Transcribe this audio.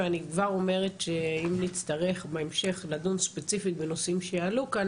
אני כבר אומרת שאם נצטרך בהמשך לדון ספציפית בנושאים שיעלו כאן,